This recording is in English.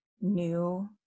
new